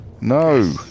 No